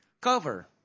cover